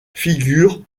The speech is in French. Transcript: figurent